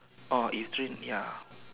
or if train ya